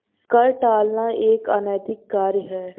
कर टालना एक अनैतिक कार्य है